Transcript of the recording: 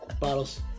bottles